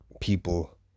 people